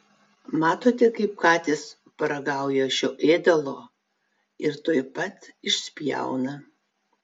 matote kaip katės paragauja šio ėdalo ir tuoj pat išspjauna